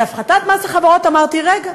על הפחתת מס החברות אמרתי: רגע,